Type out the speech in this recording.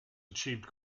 achieved